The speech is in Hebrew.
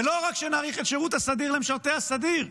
ולא רק שנאריך את השירות הסדיר למשרתי הסדיר,